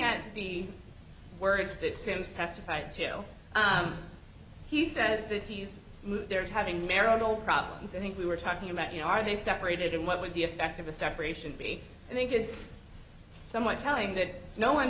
at the words that seems testified till he says that he's moved there having marital problems i think we were talking about you know are they separated and what would the effect of a separation be i think it's somewhat telling that no one